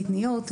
קטניות,